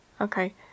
Okay